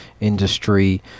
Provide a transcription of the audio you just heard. industry